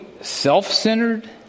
self-centered